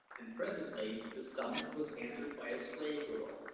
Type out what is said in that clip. and presently the summons was answered by a slave girl,